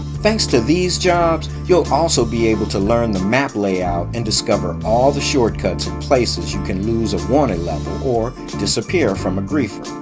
thanks to these jobs you'll also be able to learn the map layout and discover all the shortcuts and places you can lose a wanted level or disappear from a griefer.